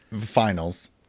finals